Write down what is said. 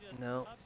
No